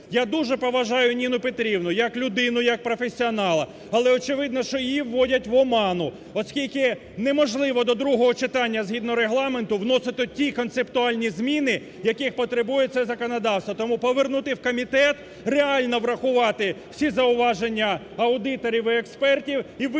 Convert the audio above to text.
Я дуже поважаю Ніну Петрівну, як людину, як професіонала, але, очевидно, що її вводять в оману, оскільки неможливо до другого читання, згідно Регламенту, вносити ті концептуальні зміни, яких потребує це законодавство. Тому повернути в комітет, реально врахувати всі зауваження аудиторів і експертів, і винести